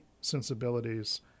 sensibilities